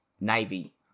Navy